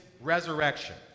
resurrection